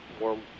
warm